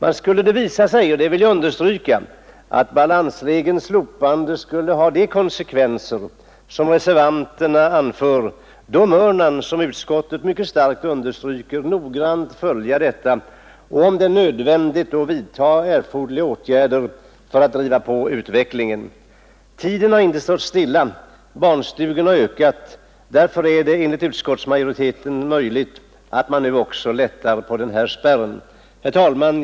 Men skulle det visa sig — det vill jag understryka — att balansregelns slopande skulle ha de konsekvenser som reservanterna talar om, så bör man, som utskottet starkt poängterat, noggrant följa detta och se efter om det är nödvändigt att vidtaga åtgärder för att driva på utvecklingen. Tiden har inte stått stilla. Antalet barnstugeplatser har ökat. Därför är det enligt utskottsmajoritetens mening möjligt att nu också lätta på den här spärren. Herr talman!